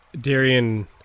Darian